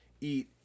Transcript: eat